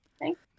Thanks